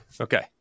Okay